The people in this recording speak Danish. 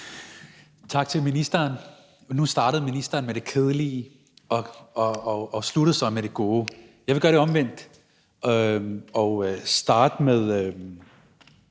Tak til ministeren. Nu startede ministeren med det kedelige og sluttede med det gode. Jeg vil gøre det omvendt og starte med